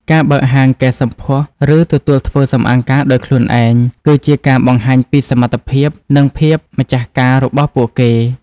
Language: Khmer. ការបើកហាងកែសម្ផស្ស ឬទទួលធ្វើសម្អាងការដោយខ្លួនឯង គឺជាការបង្ហាញពីសមត្ថភាព និងភាពម្ចាស់ការរបស់ពួកគេ។